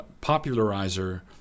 popularizer